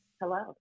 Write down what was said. Hello